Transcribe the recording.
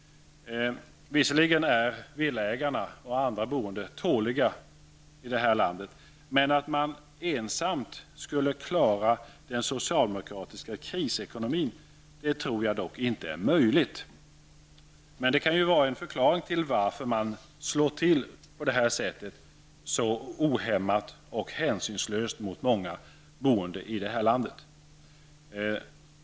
Visserligen är villaägarna och andra boende i detta land tåliga, men att de ensamma skulle klara den socialdemokratiska krisekonomin tror jag dock inte är möjligt. Detta kan vara en förklaring till varför man slår till så ohämmat och hänsynslöst mot många boende i detta land.